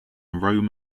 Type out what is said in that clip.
rome